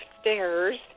stairs